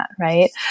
right